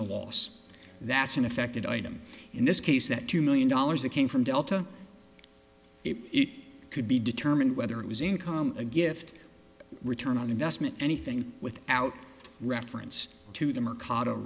a loss that's been affected item in this case that two million dollars that came from delta it could be determined whether it was income a gift return on investment anything without reference to them or caught a